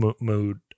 mood